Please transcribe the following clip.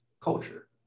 culture